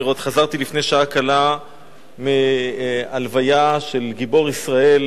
חזרתי לפני שעה קלה מהלוויה של גיבור ישראל,